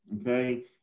okay